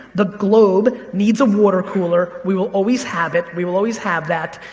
the globe needs a water cooler. we will always have it. we will always have that.